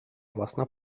własna